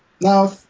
Now